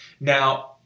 Now